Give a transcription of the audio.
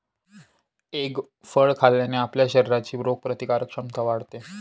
egg फळ खाल्ल्याने आपल्या शरीराची रोगप्रतिकारक क्षमता वाढते